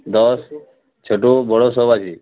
দশ ছোটো বড়ো সব আছে